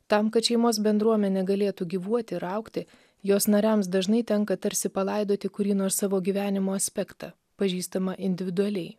tam kad šeimos bendruomenė galėtų gyvuot ir augti jos nariams dažnai tenka tarsi palaidoti kurį nors savo gyvenimo aspektą pažįstamą individualiai